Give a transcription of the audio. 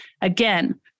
again